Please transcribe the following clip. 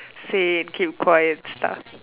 say keep quiet and stuff